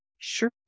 Sure